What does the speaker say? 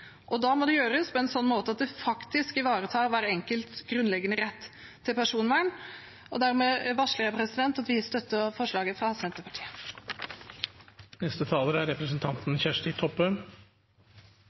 Da må det gjøres på en slik måte at det faktisk ivaretar hver enkelts grunnleggende rett til personvern. Dermed varsler jeg at vi støtter forslaget fra Senterpartiet.